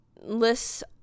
lists